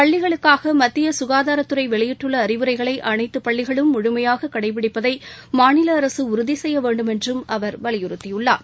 பள்ளிகளுக்காக மத்திய சுகாதாரத்துறை வெளியிட்டுள்ள அறிவுரைகளை அனைத்து பள்ளிகளும் முழுமையாக கடைபிடிப்பதை மா அரசு உறுதி செய்ய வேண்டுமென்றும் அவர் வலியுறுத்தியுள்ளார்